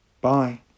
bye